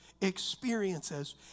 experiences